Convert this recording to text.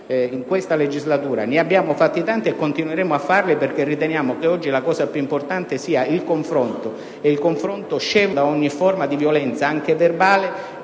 in questa legislatura, ne abbiamo fatti tanti e continueremo a farli perché riteniamo che oggi l'elemento più importante sia il confronto: il confronto scevro da ogni forma di violenza, anche verbale,